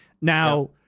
Now